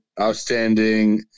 outstanding